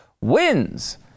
wins